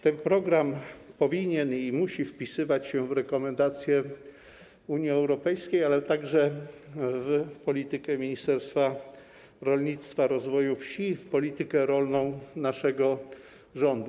Ten program powinien i musi wpisywać się w rekomendacje Unii Europejskiej, ale także w politykę Ministerstwa Rolnictwa i Rozwoju Wsi, w politykę rolną naszego rządu.